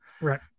Right